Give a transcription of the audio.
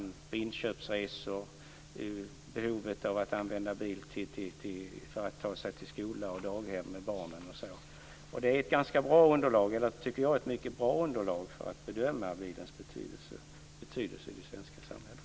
Det handlar om inköpsresor, behovet av att använda bil för att ta sig till skola och daghem med barnen osv. Det är ett mycket bra underlag, tycker jag, för att bedöma bilens betydelse i det svenska samhället.